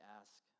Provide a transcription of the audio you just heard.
ask